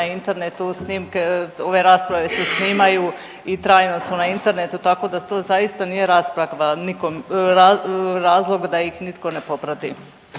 na internetu snimke, ove rasprave se snimaju i trajno su na internetu tako da to zaista nije rasprava nikom, razlog da ih nitko ne poprati,